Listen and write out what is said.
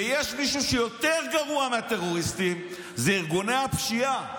ויש מישהו יותר גרוע מטרוריסטים: ארגוני פשיעה,